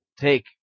take